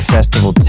Festival